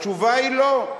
התשובה היא לא.